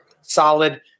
Solid